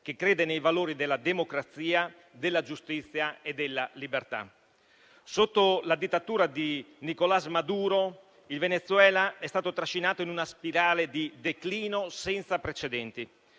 che crede nei valori della democrazia, della giustizia e della libertà. Sotto la dittatura di Nicolás Maduro, il Venezuela è stato trascinato in una spirale di declino senza precedenti.